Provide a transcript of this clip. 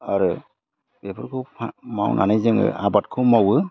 आरो बेफोरखौ मावनानै जोङो आबादखौ मावो